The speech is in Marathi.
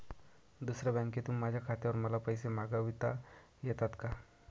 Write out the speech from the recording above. दुसऱ्या बँकेतून माझ्या खात्यावर मला पैसे मागविता येतात का?